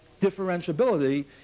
differentiability